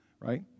right